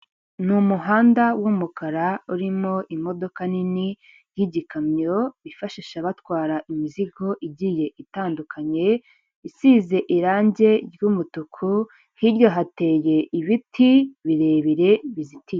N'umuhanda w'umukara urimo imodoka nini y'gikamyo bifashisha abatwara imizigo igiye itandukanye, isize irangi ry'umutuku hirya hateye ibiti birebire bizitiye.